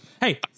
hey